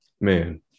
Man